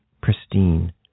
pristine